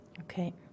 Okay